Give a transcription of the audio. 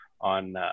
on